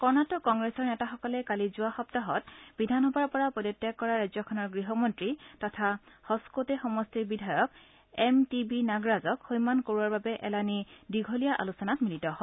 কৰ্ণটিক কংগ্ৰেছৰ নেতাসকলে কালি যোৱা সপ্তাহত বিধানসভাৰ পৰা পদত্যাগ কৰা ৰাজ্যখনৰ গৃহমন্ত্ৰী তথা হ'ছকোতে সমষ্টিৰ বিধায়ক এম টি বি নাগৰাজক সৈমান কৰোৱাৰ বাবে এলানি দীঘলীয়া আলোচনাত মিলিত হয়